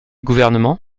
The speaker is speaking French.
gouvernement